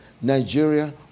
Nigeria